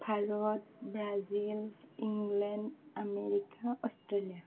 Bharat Brazil England America Australia